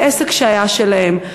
אל עסק שהיה שלהם.